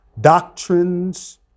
doctrines